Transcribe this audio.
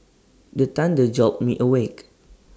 the thunder jolt me awake